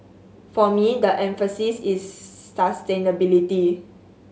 for me the emphasis is sustainability